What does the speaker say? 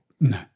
No